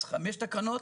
את חמש הקרנות,